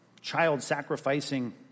child-sacrificing